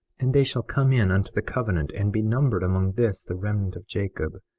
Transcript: and they shall come in unto the covenant and be numbered among this the remnant of jacob,